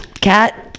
Cat